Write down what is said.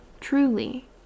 truly